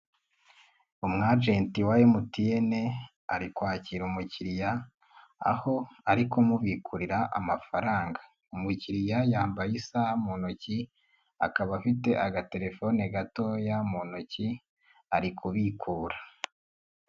Umu ajenti wa MTN ari kwakira umukiriya aho ari kumubikurira amafaranga, umukiriya yambaye isaha mu ntoki akaba afite agatelefone gatoya mu ntoki ari kubikura.